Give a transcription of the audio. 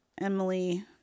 Emily